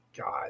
God